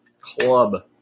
club